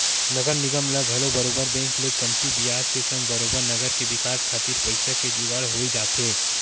नगर निगम ल घलो बरोबर बेंक ले कमती बियाज के संग बरोबर नगर के बिकास खातिर पइसा के जुगाड़ होई जाथे